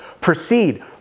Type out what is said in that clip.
Proceed